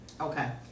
Okay